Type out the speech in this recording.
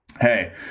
hey